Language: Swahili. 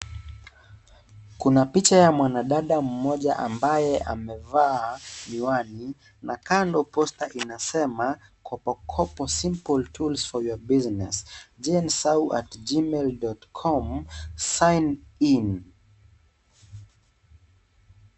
Kuna picha ya mwana dada mmoja ambaye amevaa miwani na kando posta inasema kopokopo simple tools for your business, janesau@gmail.com signing .